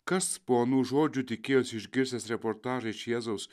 kas ponų žodžių tikėjosi išgirsęs reportažą iš jėzaus